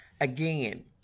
again